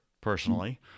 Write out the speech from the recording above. personally